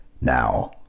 Now